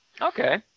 Okay